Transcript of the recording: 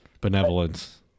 benevolence